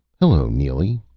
hello, neely,